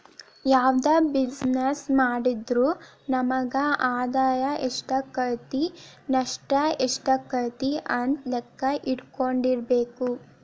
ಯಾವ್ದ ಬಿಜಿನೆಸ್ಸ್ ಮಾಡಿದ್ರು ನಮಗ ಆದಾಯಾ ಎಷ್ಟಾಕ್ಕತಿ ನಷ್ಟ ಯೆಷ್ಟಾಕ್ಕತಿ ಅಂತ್ ಲೆಕ್ಕಾ ಇಟ್ಕೊಂಡಿರ್ಬೆಕು